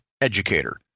educator